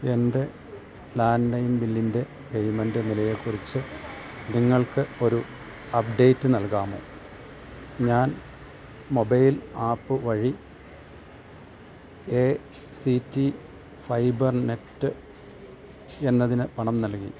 എൻ്റെ ലാന്ഡ്ലൈന് ബില്ലിൻ്റെ പേയ്മെന്റ് നിലയെക്കുറിച്ച് നിങ്ങൾക്ക് ഒരു അപ്ഡേറ്റ് നൽകാമോ ഞാൻ മൊബൈൽ ആപ്പ് വഴി എ സി ടി ഫൈബർനെറ്റ് എന്നതിന് പണം നൽകി